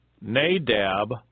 Nadab